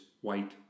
white